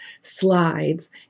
slides